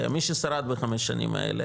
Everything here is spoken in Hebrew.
ששרד בחמש שנים האלה,